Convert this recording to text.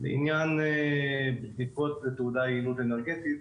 לעניין בדיקות לתעודת יעילות אנרגטית,